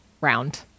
round